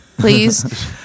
please